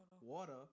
water